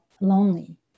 lonely